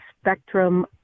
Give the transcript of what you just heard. spectrum